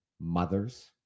Mothers